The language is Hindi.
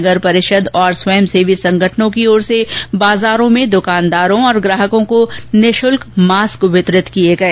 नगर परिषद तथा स्वयंसेवी संगठनों की ओर से बाजारों में दुकानदार और ग्राहकों को निशुल्क मास्क वितरित किए गए